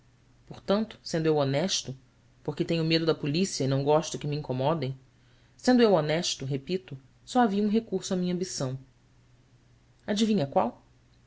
portanto sendo eu honesto porque tenho medo da polícia e não gosto que me incomodem sendo eu honesto repito só havia um recurso à minha ambição adivinha qual